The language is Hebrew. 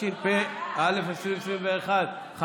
התשפ"א 2021. זה כבר היה.